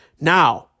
Now